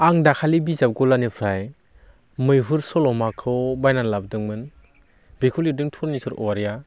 आं दाखालि बिजाब गलानिफ्राइ मैहुर सल'माखौ बायना लाबोदोंमोन बेखौ लिरदों तरनेशर अवारी